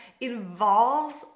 involves